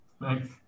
thanks